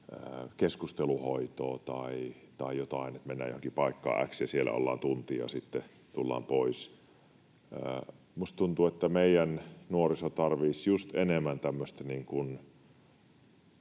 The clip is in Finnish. keskusteluhoitoa tai jotain, että mennään johonkin paikkaan x ja siellä ollaan tunti ja sitten tullaan pois. Minusta tuntuu, että meidän nuoriso tarvitsisi myös just enemmän tämmöistä